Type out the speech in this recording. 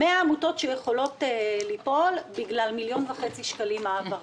שיכולות ליפול בגלל מיליון וחצי שקלים העברה.